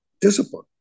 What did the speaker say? Discipline